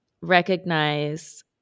recognize